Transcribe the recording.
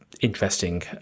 interesting